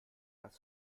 das